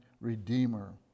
redeemer